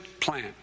plan